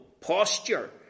posture